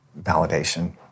validation